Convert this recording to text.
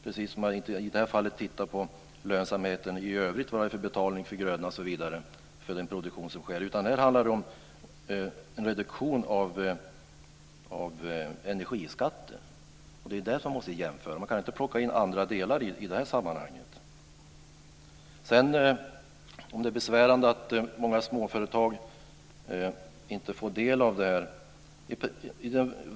På samma sätt tittar man i det här fallet inte på vad det är för lönsamhet i övrigt, på vad det är för betalning för grödor osv. för den produktion som sker, utan det här handlar om en reduktion av energiskatten. Det är det som måste jämföras. Man kan inte plocka in andra delar i det här sammanhanget. Sedan till frågan om det är besvärande att många småföretag inte får del av det här.